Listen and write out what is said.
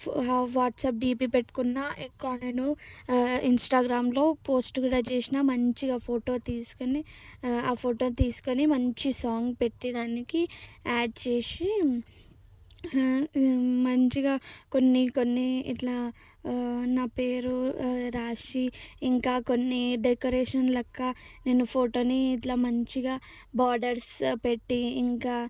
WhatsApp DP పెట్టుకున్న ఇంకా నేను ఇంస్టాగ్రామ్లో పోస్ట్ కూడా చేసినా మంచిగా ఫోటో తీసుకొని ఆ ఫోటో తీసుకొని మంచి సాంగ్ పెట్టేదానికి ఆడ్ చేసి మంచిగా కొన్ని కొన్ని ఇట్లా నా పేరు రాసి ఇంకా కొన్ని డెకరేషన్ లెక్క నేను ఫోటోని ఇట్లా మంచిగా బార్డర్స్ పెట్టి ఇంకా